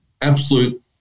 absolute